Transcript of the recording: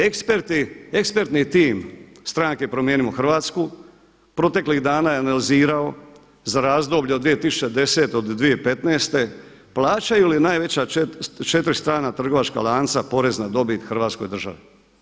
Ekspertni tim stranke Promijenimo Hrvatsku proteklih dana je analizirao za razdoblje od 2010. do 2015. plaćaju li najveća četiri strana trgovačka lanca porez na dobit Hrvatskoj državi?